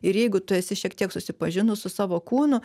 ir jeigu tu esi šiek tiek susipažinus su savo kūnu